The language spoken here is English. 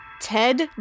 Ted